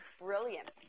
brilliant